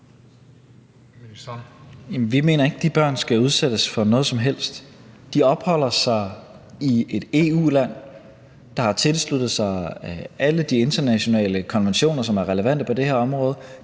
vi mener ikke, de børn skal udsættes for noget som helst. De opholder sig i et EU-land, der har tilsluttet sig alle de internationale konventioner, som er relevante på det her område.